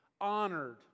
honored